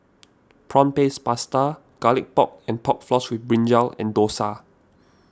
Prawn Paste Pasta Garlic Pork and Pork Floss with Brinjal and Dosa